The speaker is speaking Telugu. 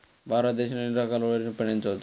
భారతదేశంలో ఎన్ని రకాల వరిని పండించవచ్చు